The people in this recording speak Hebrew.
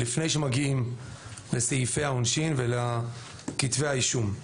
לפני שמגיעים לסעיפי העונשין ולכתבי האישום.